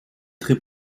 très